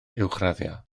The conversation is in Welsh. uwchraddio